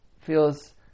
feels